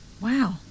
Wow